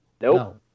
nope